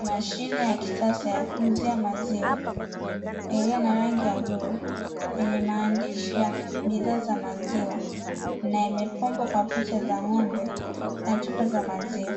Mashine ya kisasa ya kuuzia maziwa iliyo na rangi ya bluu yenye maandishi ya bidhaa za maziwa na imepambwa kwa picha za ng'ombe na chupa za maziwa,